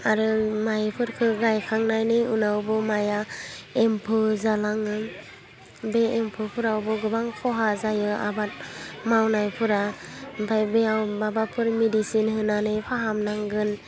आरो मायफोरखौ गायखांनायनि उनावबो मायआ एम्फौ जालाङो बे एम्फौफ्रावबो गोबां खहा जायो आबाद मावनायफोरा आमफाय बेयाव माबाफोर मेडिसिन होनानै फाहाम नांगोन